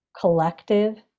collective